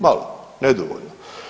Malo, nedovoljno.